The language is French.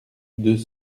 deux